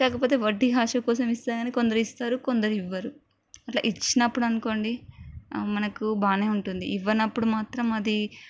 కాకపోతే వడ్డీ ఆశ కోసం ఇస్తారని కొందరు ఇస్తారు కొందరు ఇవ్వరు ఇచ్చినప్పుడు అనుకోండి మనకు బాగానే ఉంటుంది ఇవ్వనప్పుడు మాత్రం అది